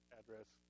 address